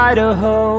Idaho